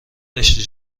داشتی